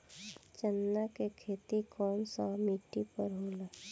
चन्ना के खेती कौन सा मिट्टी पर होला?